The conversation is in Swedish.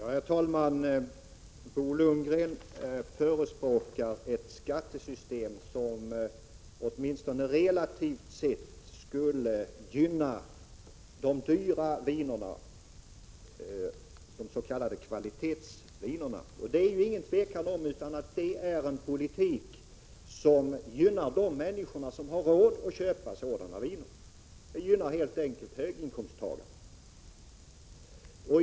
Herr talman! Bo Lundgren förespråkar ett skattesystem som åtminstone relativt sett skulle gynna de dyra vinerna, de s.k. kvalitetsvinerna. Det är ingen tvekan om att detta är en politik som gynnar de människor som har råd att köpa sådana viner. Det gynnar helt enkelt höginkomsttagarna.